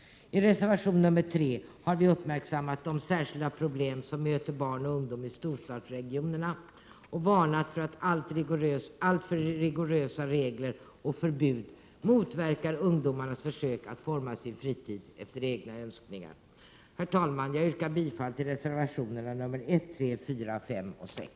I reservation nr 3 har vi uppmärksammat de särskilda problem som möter barn och ungdom i storstadsregionerna och varnat för att alltför rigorösa regler och förbud motverkar ungdomarnas försök att forma sin fritid efter egna önskningar. Herr talman! Jag yrkar bifall till reservationerna 1, 3, 4, 5 och 6.